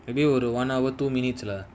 maybe you were the one hour two minutes lah